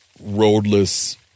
roadless